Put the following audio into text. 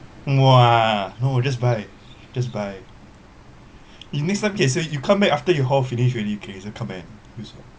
!wah! no just buy just buy if next time can say you comeback after you hol finish already can also come back and use what